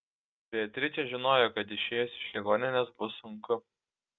beatričė žinojo kad išėjus iš ligoninės bus sunku